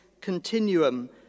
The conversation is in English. continuum